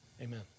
amen